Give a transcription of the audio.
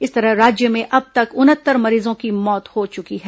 इस तरह राज्य में अब तक उनहत्तर मरीजों की मौत हो चुकी है